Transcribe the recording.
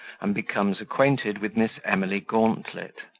and becomes acquainted with miss emily gauntlet.